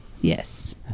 Yes